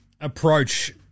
approach